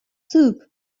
soup